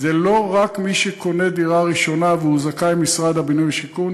זה לא רק מי שקונה דירה ראשונה והוא זכאי משרד הבינוי והשיכון.